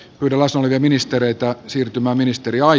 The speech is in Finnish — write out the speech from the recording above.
yhdellä suhde ministereitä siirtymä ministeri vai